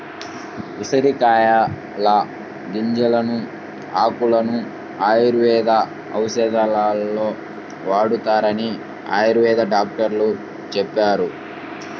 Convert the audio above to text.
ఉసిరికాయల గింజలను, ఆకులను ఆయుర్వేద ఔషధాలలో వాడతారని ఆయుర్వేద డాక్టరు చెప్పారు